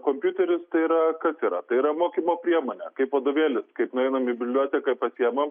kompiuteris tai yra kas yra tai yra mokymo priemonė kaip vadovėlis kaip nueinam į biblioteką pasiemam